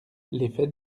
l’effet